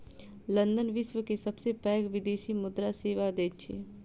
London विश्व के सबसे पैघ विदेशी मुद्रा सेवा दैत अछि